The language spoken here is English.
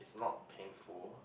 not painful